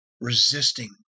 resisting